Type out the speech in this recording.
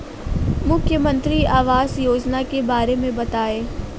मुख्यमंत्री आवास योजना के बारे में बताए?